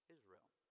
Israel